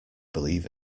believe